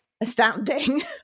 astounding